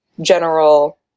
general